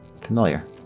Familiar